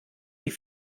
die